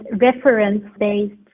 reference-based